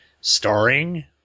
starring